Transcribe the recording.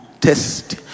test